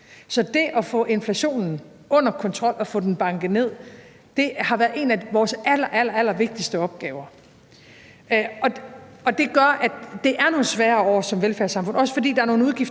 Så det at få inflationen under kontrol og få den banket ned har været en af vores allerallervigtigste opgaver. Og det er nogle svære år i velfærdssamfundet, også fordi der er nogle udgifter,